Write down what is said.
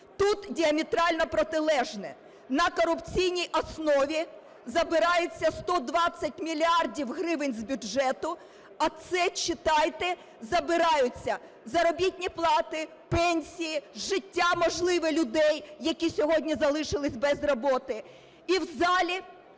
Тут діаметрально протилежне: на корупційній основі забираються 120 мільярдів гривень з бюджету, а це, читайте, забираються заробітні плати, пенсії, життя, можливо, людей, які сьогодні залишились без роботи. І в залі,